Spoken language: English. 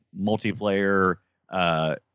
multiplayer